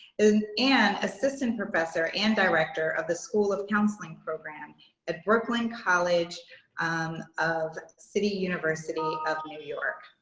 and and assistant professor and director of the school of counseling program at brooklyn college um of city university of new york.